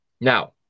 Now